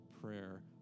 prayer